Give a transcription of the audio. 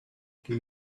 can